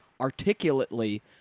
articulately